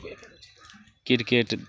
cricket